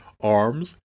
arms